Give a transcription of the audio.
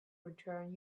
return